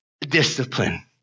discipline